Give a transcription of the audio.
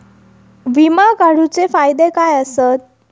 विमा काढूचे फायदे काय आसत?